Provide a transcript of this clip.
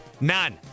None